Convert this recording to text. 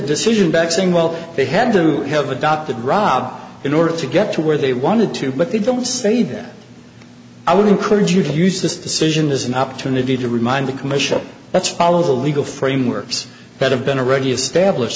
decision back saying well they had to have adopted rob in order to get to where they wanted to but they don't say that i would encourage you to use this decision is an opportunity to remind the commission let's follow the legal framework